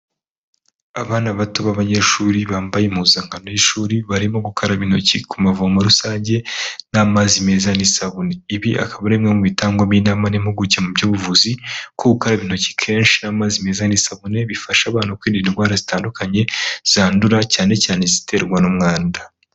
Abana bato b'abanyeshuri bambaye impuzankano y'ishuri barimo gukaraba intoki ku mavomo rusange n'amazi meza n'isabune, ibi akaba ari bimwe mu bitangwamo inama n'impuguke mu by'ubuvuzi ko gukaraba intoki kenshi amazi amazi meza n'isabune bifasha abana kwirinda indwara zitandukanye zandura cyane cyane ziterwa n'umwanda.